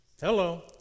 Hello